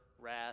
wrath